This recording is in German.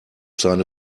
seine